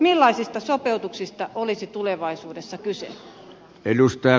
millaisista sopeutuksista olisi tulevaisuudessa kyse